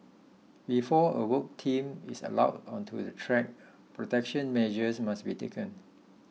before a work team is allowed onto the track protection measures must be taken